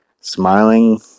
smiling